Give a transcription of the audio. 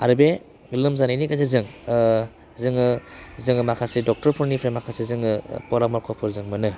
आरो बे लोमजानायनि गेजेरजों जोङो माखासे डक्ट'रफोरनिफ्राय माखासे जोङो परामर्खफोर जों मोनो